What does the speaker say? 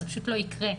זה פשוט לא יקרה,